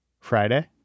friday